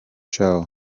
show